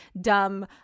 dumb